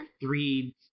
three